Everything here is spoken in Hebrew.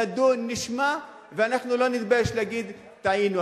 נדון, נשמע, ואנחנו לא נתבייש להגיד "טעינו".